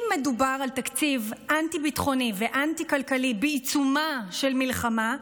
אם מדובר על תקציב אנטי-ביטחוני ואנטי-כלכלי בעיצומה של מלחמה,